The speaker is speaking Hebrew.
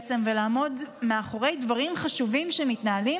בלי לעמוד מאחורי דברים חשובים שמתנהלים,